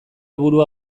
burua